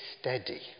steady